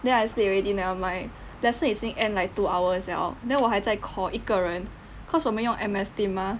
then I sleep already nevermind lesson 已经 end like two hours liao then 我还在 call 一个人 cause 我们用 M_S team mah